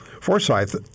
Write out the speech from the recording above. Forsyth